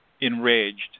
enraged